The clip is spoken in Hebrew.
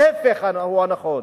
ההיפך הוא הנכון.